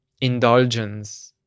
indulgence